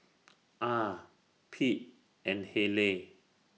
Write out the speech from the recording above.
Ah Pete and Hayleigh